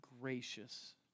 gracious